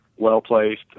well-placed